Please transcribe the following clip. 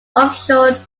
offshore